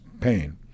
pain